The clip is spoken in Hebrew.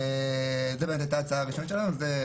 זאת הייתה ההצעה הראשונה שלנו.